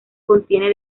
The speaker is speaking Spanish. contiene